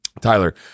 tyler